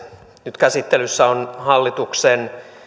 nyt käsittelyssä on hallituksen